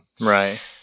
Right